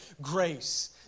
grace